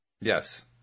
Yes